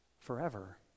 forever